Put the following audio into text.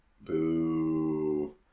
Boo